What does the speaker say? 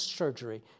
surgery